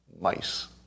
mice